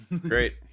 Great